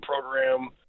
program